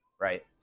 right